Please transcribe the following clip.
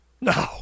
No